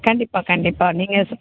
கண்டிப்பாக கண்டிப்பாக நீங்கள்